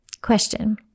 Question